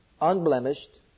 unblemished